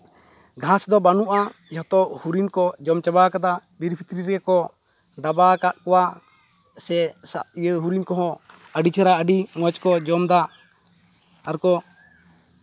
ᱜᱷᱟᱥ ᱫᱚ ᱵᱟᱹᱱᱩᱜᱼᱟ ᱡᱚᱛᱚ ᱦᱚᱨᱤᱱ ᱠᱚ ᱡᱚᱢ ᱪᱟᱵᱟ ᱠᱟᱫᱟ ᱵᱤᱨ ᱵᱷᱤᱛᱨᱤ ᱨᱮᱜᱮ ᱠᱚ ᱰᱟᱵᱟ ᱠᱟᱜ ᱠᱚᱣᱟ ᱥᱮ ᱦᱚᱨᱤᱱ ᱠᱚᱦᱚ ᱟᱹᱰᱤ ᱪᱮᱦᱨᱟ ᱟᱹᱰᱤ ᱢᱚᱡᱽ ᱠᱚ ᱡᱚᱢᱫᱟ ᱟᱨᱠᱚᱸ